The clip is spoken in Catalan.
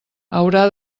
haurà